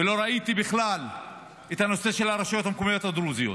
ולא ראיתי בכלל את הנושא של הרשויות המקומיות הדרוזיות.